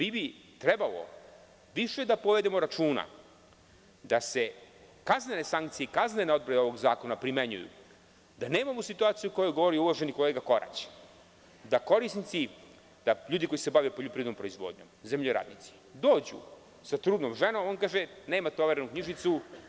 Mi bi trebalo više da povedemo računa da se kaznene sankcije i kaznene odredbe ovog zakona primenjuju, da nemamo situaciju o kojoj govori uvaženi kolega Korać, da korisnici, ljudi koji se bave poljoprivrednom proizvodnjom, zemljoradnici, dođu sa trudnom ženom a oni mu kažu – nemate overenu knjižicu.